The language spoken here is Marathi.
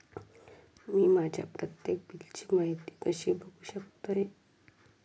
मी माझ्या प्रत्येक बिलची माहिती कशी बघू शकतय?